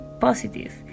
positive